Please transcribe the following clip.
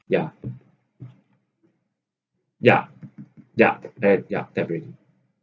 ya ya ya type already